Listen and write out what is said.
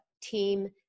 team